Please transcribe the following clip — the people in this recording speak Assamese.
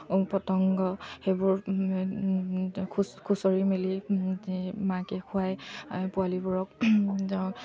পতংগ সেইবোৰ খুঁচৰি মেলি মাকে খুৱাই পোৱালিবোৰক